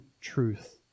truth